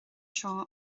seo